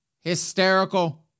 hysterical